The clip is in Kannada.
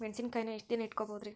ಮೆಣಸಿನಕಾಯಿನಾ ಎಷ್ಟ ದಿನ ಇಟ್ಕೋಬೊದ್ರೇ?